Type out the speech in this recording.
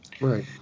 Right